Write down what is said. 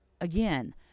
again